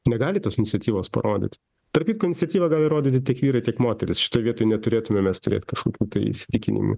negali tos iniciatyvos parodyt tarp kitko iniciatyvą gali rodyti tiek vyrai tiek moterys šitoj vietoj neturėtume mes turėt kažkokių tai įsitikinimų